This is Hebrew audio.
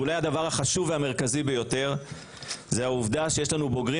ואולי הדבר החשוב והמרכזי ביותר זו העובדה שיש לנו בוגרים